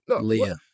Leah